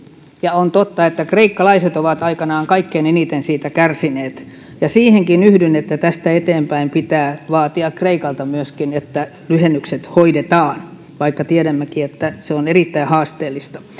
ja on totta että kreikkalaiset ovat aikanaan kaikkein eniten siitä kärsineet siihenkin yhdyn että tästä eteenpäin pitää myöskin vaatia kreikalta että lyhennykset hoidetaan vaikka tiedämmekin että se on erittäin haasteellista